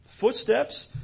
footsteps